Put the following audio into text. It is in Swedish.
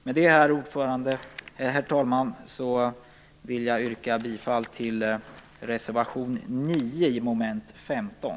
Med detta, herr talman, vill jag yrka bifall till reservation 9 under mom. 15.